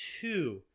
two